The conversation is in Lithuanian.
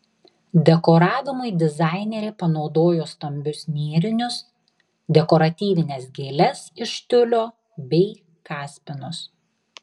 dekoravimui dizainerė panaudojo stambius nėrinius dekoratyvines gėles iš tiulio bei kaspinus